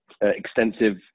extensive